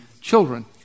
children